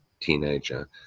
teenager